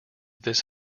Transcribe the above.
this